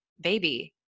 baby